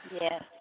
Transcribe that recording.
Yes